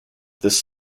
this